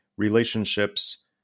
relationships